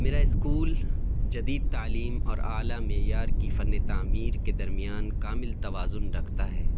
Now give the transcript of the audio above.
میرا اسکول جدید تعلیم اور اعلیٰ معیار کی فن تعمیر کے درمیان کامل توازن رکھتا ہے